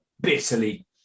bitterly